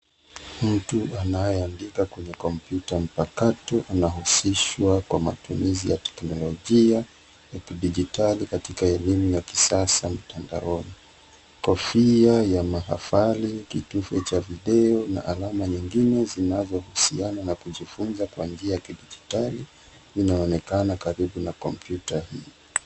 Mtu anayeandika kwenye kompyuta mpakato anahusishwa kwa matumizi ya teknolojia, ya kidijitali katika elimu ya kisasa mtandaoni. Kofia ya mahafali, kitufe cha video, na alama nyingine zinazohusiana na kujifunza kwa njiaya kidijitali, inaonekana karibu na kompyuta.